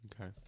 Okay